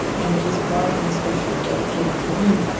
and it was a garden especially dedicated to him.